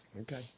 okay